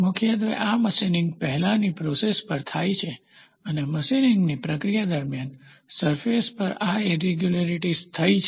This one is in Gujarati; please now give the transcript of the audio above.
મુખ્યત્વે આ મશીનિંગ પહેલાંની પ્રોસેસ પર થાય છે અને મશિનિંગની પ્રક્રિયા દરમિયાન સરફેસ પર આ ઈરેગ્યુલારીટીઝ થઈ છે